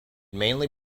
mainly